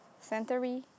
century